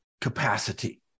capacity